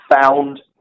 found